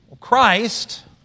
Christ